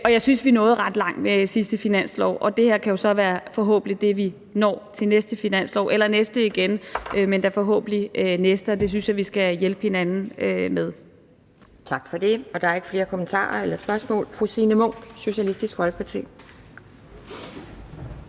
Jeg synes, vi nåede ret langt ved sidste finanslov, og det her kan jo så forhåbentlig være det, vi når til den næste finanslov eller den næste igen, men da forhåbentlig den næste, og det synes jeg vi skal hjælpe hinanden med. Kl. 11:35 Anden næstformand (Pia Kjærsgaard): Tak for det. Der er ikke flere kommentarer eller spørgsmål. Fru Signe Munk, Socialistisk Folkeparti.